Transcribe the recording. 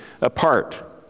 apart